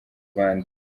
rwanda